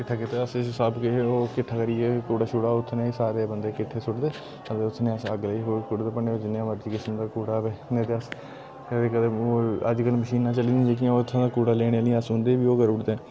किट्ठा कीते दा उसी सब किश ओह् किट्ठा करियै कूड़ा छूड़ा उत्थें दे सारे बंदे किट्ठे सुट्टदे ते उसी अस अग्ग लाइयै फूकी उड़दे भामें जनेहा मर्जी किसम दा कूड़ा होऐ नेईं ते अस कदें कदें अज्जकल मशीनां चली दियां जेह्कियां उत्थुआं कूड़ा लैने आह्लियां अस उंदे बी ओह् करी ओड़दे